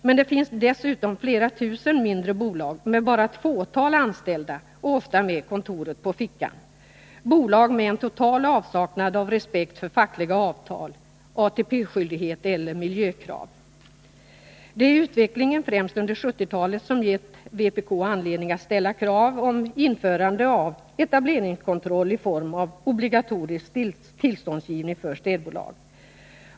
Men det finns dessutom flera tusen mindre bolag, med bara ett fåtal anställda och ofta med kontoret på fickan — bolag med en total avsaknad av respekt för fackliga avtal, ATP-skyldighet eller miljökrav. Det är utvecklingen främst under 1970-talet som gett vpk anledning att ställa krav om införandet av etableringskontroll i form av obligatorisk tillståndsgivning för städbolag.